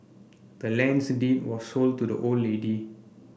the land's deed was sold to the old lady